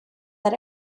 that